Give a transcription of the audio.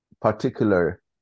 particular